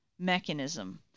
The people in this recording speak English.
mechanism